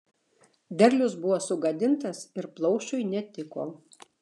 derlius buvo sugadintas ir plaušui netiko